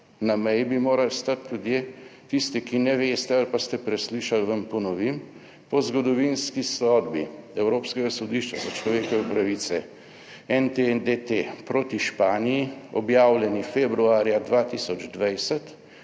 Na meji bi morali stati ljudje. Tisti, ki ne veste ali pa ste preslišali, vam ponovim: po zgodovinski sodbi Evropskega sodišča za človekove pravice NT&DT proti Španiji, objavljeni februarja 2020,